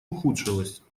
ухудшилась